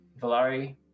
Valari